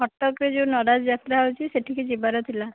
କଟକରେ ଯେଉଁ ନରାଜ ଯାତ୍ରା ହେଉଛି ସେଠିକି ଯିବାର ଥିଲା